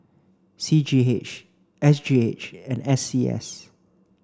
C G H S G H and C S